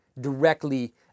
directly